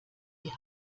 die